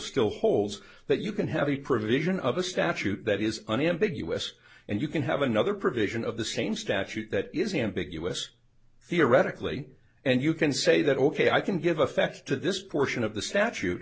still holds that you can have a provision of a statute that is unambiguous and you can have another provision of the same statute that is ambiguous theoretically and you can say that ok i can give effect to this portion of the statute